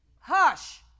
hush